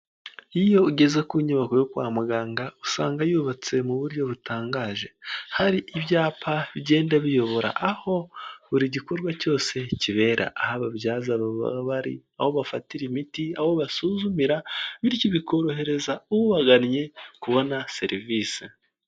Iyo ugeze ku nyubako yo kwa muganga usanga yubatse mu buryo butangaje, hari ibyapa bigenda biyobora aho buri gikorwa cyose kibera, aho ababyaza baba bari, aho bafatira imiti, aho basuzumira, bityo bikorohereza ubagannye kubona serivise.